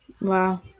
Wow